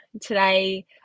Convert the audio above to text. Today